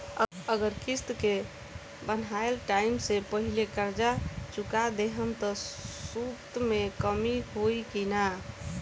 अगर किश्त के बनहाएल टाइम से पहिले कर्जा चुका दहम त सूद मे कमी होई की ना?